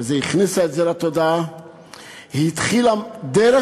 וזה, היא הכניסה את זה לתודעה, היא התחילה דרך,